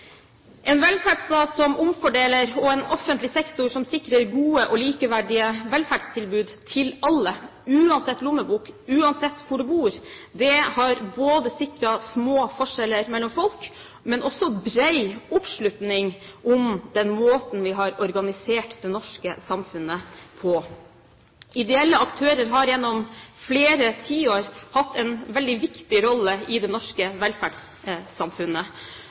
En velferdsstat som omfordeler og en offentlig sektor som sikrer gode og likeverdige velferdstilbud til alle, uansett lommebok og uansett hvor man bor, har både sikret små forskjeller mellom folk og bred oppslutning om den måten vi har organisert det norske samfunnet på. Ideelle aktører har gjennom flere tiår hatt en veldig viktig rolle i det norske velferdssamfunnet,